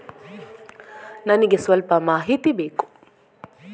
ನನಿಗೆ ಸ್ವಲ್ಪ ಮಾಹಿತಿ ಬೇಕು